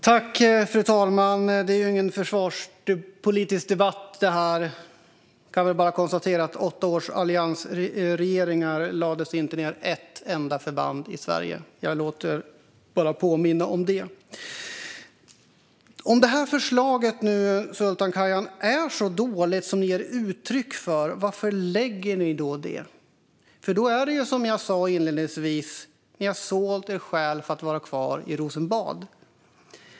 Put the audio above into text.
Fru talman! Det här är ingen försvarspolitisk debatt, men jag kan konstatera att under åtta år med alliansregeringar lades inte ett enda förband ned i Sverige. Jag vill bara påminna om det. Om detta förslag är så dåligt som ni ger uttryck för, Sultan Kayhan, varför lägger ni då fram det? Då är det ju som jag sa inledningsvis: Ni har sålt er själ för att få vara kvar i Rosenbad.